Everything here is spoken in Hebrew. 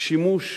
שימוש